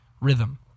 rhythm